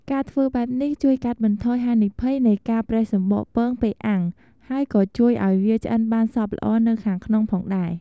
ការធ្វើបែបនេះជួយកាត់បន្ថយហានិភ័យនៃការប្រេះសំបកពងពេលអាំង ហើយក៏ជួយឱ្យវាឆ្អិនបានសព្វល្អនៅខាងក្នុងផងដែរ។